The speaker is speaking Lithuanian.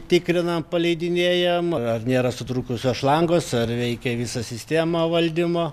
tikrina paleidinėjam ar nėra sutrūkusios šlangos ar veikia visa sistema valdymo